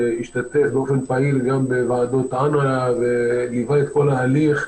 השתתפתי באופן פעיל בוועדות וליווה את כל התהליך.